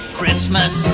Christmas